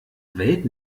welt